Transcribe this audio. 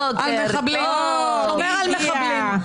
היא הגיעה.